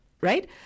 right